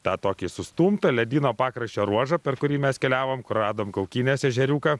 tą tokį sustumtą ledyno pakraščio ruožą per kurį mes keliavom kur radom kaukinės ežeriuką